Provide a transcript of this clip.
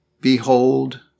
Behold